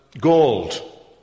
gold